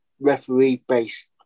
referee-based